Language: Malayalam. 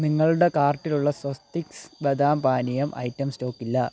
നിങ്ങളുടെ കാർട്ടിലുള്ള സ്വസ്തിക്സ് ബദാം പാനീയം ഐറ്റം സ്റ്റോക്ക് ഇല്ല